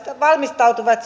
valmistautuneet